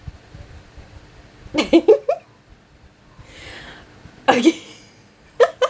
okay